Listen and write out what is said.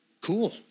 cool